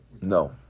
No